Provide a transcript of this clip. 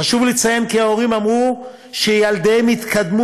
חשוב לציין כי ההורים אמרו שילדיהם התקדמו